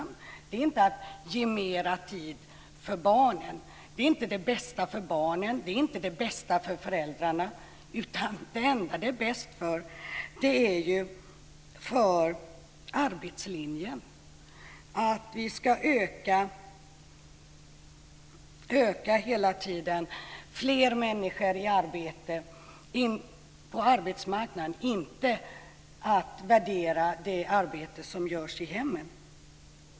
Den innebär inte att man ger mera tid för barnen. Den är inte det bästa för barnen och för föräldrarna. Det enda som den är bäst för är för arbetslinjen. Vi ska hela tiden ha fler människor på arbetsmarknaden men inte värdera det arbete som görs i hemmen.